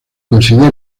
considera